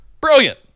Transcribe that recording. Brilliant